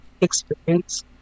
experience